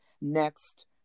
next